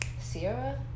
sierra